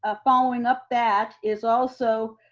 ah following up that is also,